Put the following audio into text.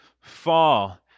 fall